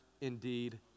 indeed